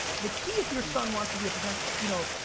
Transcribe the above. the key if your son wants to be a professional you know